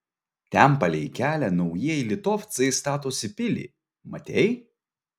ten palei kelią naujieji litovcai statosi pilį matei